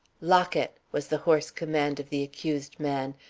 lock it! was the hoarse command of the accused man.